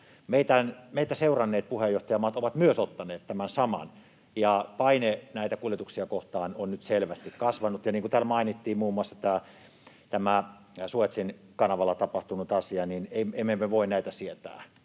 meitä seuranneet puheenjohtajamaat ovat myös ottaneet tämän saman. Paine näitä kuljetuksia kohtaan on nyt selvästi kasvanut. Ja niin kuin täällä mainittiin muun muassa tämä Suezin kanavalla tapahtunut asia, niin emme me voi näitä sietää.